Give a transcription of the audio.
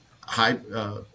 high